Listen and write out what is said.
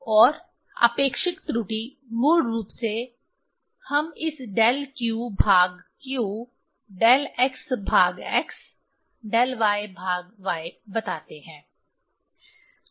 और आपेक्षिक त्रुटि मूल रूप से हम इस डेल q भाग q डेल x भाग x डेल y भाग y बताते हैं